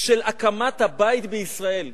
של הקמת הבית בישראל.